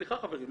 סליחה חברים,